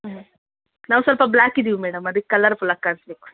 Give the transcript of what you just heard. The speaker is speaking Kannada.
ಹ್ಞೂ ನಾವು ಸ್ವಲ್ಪ ಬ್ಲ್ಯಾಕ್ ಇದ್ದೀವಿ ಮೇಡಮ್ ಅದಕ್ಕೆ ಕಲರ್ಫುಲ್ಲಾಗಿ ಕಾಣಿಸಬೇಕು